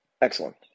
excellent